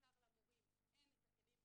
ובעיקר למורים אין את הכלים,